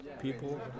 people